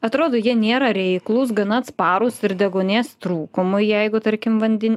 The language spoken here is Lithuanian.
atrodo jie nėra reiklūs gana atsparūs ir deguonies trūkumui jeigu tarkim vanden